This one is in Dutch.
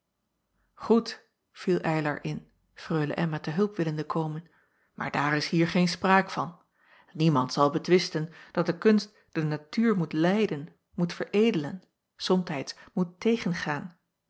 oed viel ylar in reule mma te hulp willende komen maar daar is hier geen spraak van iemand zal betwisten dat de kunst de natuur moet leiden moet veredelen somtijds moet tegengaan